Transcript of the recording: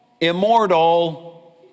immortal